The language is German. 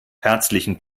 herzlichen